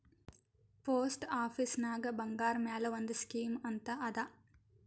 post ಆಫೀಸ್ನಾಗ್ ಬಂಗಾರ್ ಮ್ಯಾಲ ಒಂದ್ ಸ್ಕೀಮ್ ಅಂತ್ ಅದಾ